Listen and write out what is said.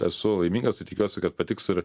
esu laimingas tai tikiuosi kad patiks ir